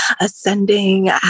ascending